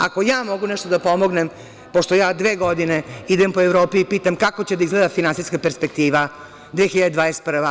Ako ja mogu nešto da pomognem, pošto dve godine idem po Evropi i pitam – kako će da izgleda finansijska perspektiva 2021. godina?